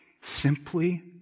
simply